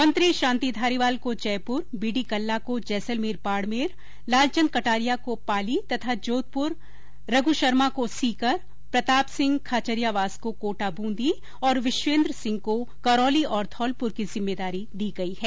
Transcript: मंत्री शांति धारीवाल को Jaipur B D Kalla को जैसलमेर बाडमेर लालचंद कटारिया को पाली तथा जोधपुर रघु शर्मा को सीकर प्रतापसिंह खाचरियावास को कोटा बूंदी और विश्वेन्द्र सिंह को करौली और धौलपुर की जिम्मेदारी दी गयी है